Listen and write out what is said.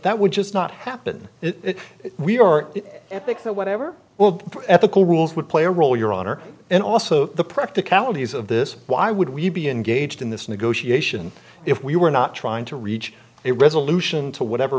that would just not happen it is we or the ethics or whatever well ethical rules would play a role your honor and also the practicalities of this why would we be engaged in this negotiation if we were not trying to reach a resolution to whatever